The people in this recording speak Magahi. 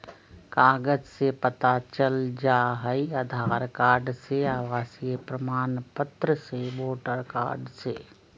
कागज से पता चल जाहई, आधार कार्ड से, आवासीय प्रमाण पत्र से, वोटर कार्ड से?